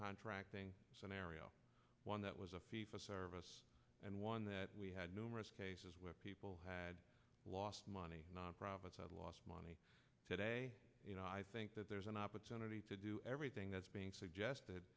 time tracting scenario one that was a fee for service and one that we had numerous cases where people had lost money non profits had lost money today you know i think that there's an opportunity to do everything that's being suggested